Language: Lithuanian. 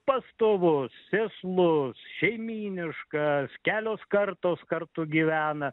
pastovus sėslus šeimyniškas kelios kartos kartu gyvena